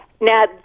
Now